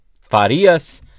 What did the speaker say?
Farias